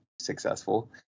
successful